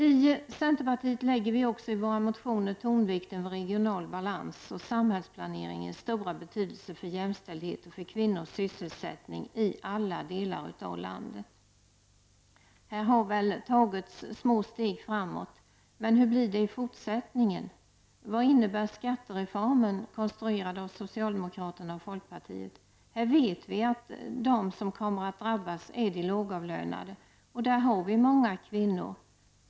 I centerpartiet lägger vi också i våra motioner tonvikten vid regional balans och samhällsplaneringens stora betydelse för jämställdhet och för kvinnors sysselsättning i alla delar av landet. Här har väl tagits små steg framåt -- men hur blir det i fortsättningen? Vad innebär skattereformen, konstruerad av socialdemokraterna och folkpartiet? Vi vet att de som kommer att drabbas är de lågavlönade och bland dem finns många kvinnor.